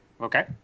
Okay